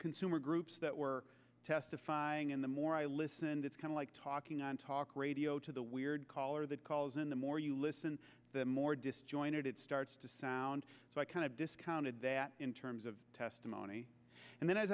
consumer groups that were testifying in the more i listen that's kind of like talking on talk radio to the weird caller that calls in the more you listen the more disjointed it starts to sound so i kind of discounted that in terms of testimony and then i